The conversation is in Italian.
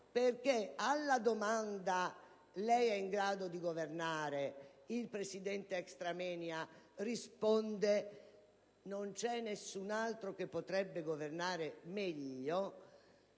perché alla domanda «Lei è in grado di governare?» il Presidente *extramoenia* risponde «Non c'è nessun altro che potrebbe governare meglio».